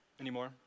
anymore